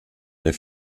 der